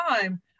time